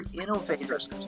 innovators